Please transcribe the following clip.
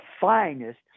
finest